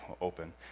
open